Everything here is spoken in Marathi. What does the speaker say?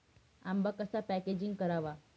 आंबा कसा पॅकेजिंग करावा?